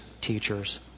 teachers